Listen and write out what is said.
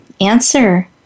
answer